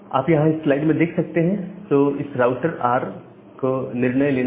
आप यहां इस स्लाइड में देख सकते हैं तो इस राउटर आर को निर्णय लेना है